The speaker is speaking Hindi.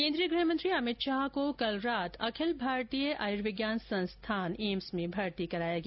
केन्द्रीय गृह मंत्री अमित शाह को कल रात अखिल भारतीय आयुर्विज्ञान संस्थान में भर्ती कराया गया